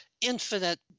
infinite